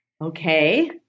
Okay